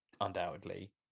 undoubtedly